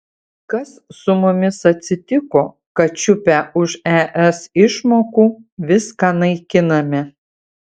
kas su mumis atsitiko kad čiupę už es išmokų viską naikiname